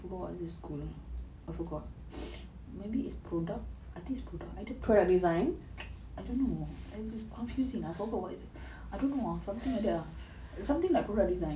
I forgot what's the school I forgot maybe its product I think product I don't know it's confusing I forgot I don't know ah something like that ya something like product design